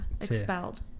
expelled